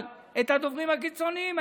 אבל הדוברים הקיצוניים,